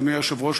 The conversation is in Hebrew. אדוני היושב-ראש,